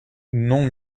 non